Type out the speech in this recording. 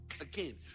Again